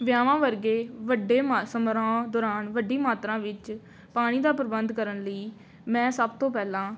ਵਿਆਹਾਂ ਵਰਗੇ ਵੱਡੇ ਮਾ ਸਮਾਰੋਹਾਂ ਦੌਰਾਨ ਵੱਡੀ ਮਾਤਰਾ ਵਿੱਚ ਪਾਣੀ ਦਾ ਪ੍ਰਬੰਧ ਕਰਨ ਲਈ ਮੈਂ ਸਭ ਤੋਂ ਪਹਿਲਾਂ